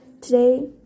Today